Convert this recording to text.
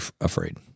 afraid